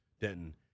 Denton